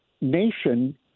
nation